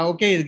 Okay